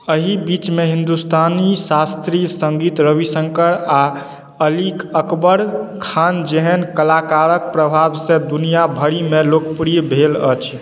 अहि बीचमे हिन्दुस्तानी शास्त्रीय सङ्गीत रवि आ अली अकबर खान जेहन कलाकारक प्रभावसँ दुनिआ भरिमे लोकप्रिय भेल अछि